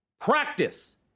Practice